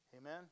Amen